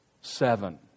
seven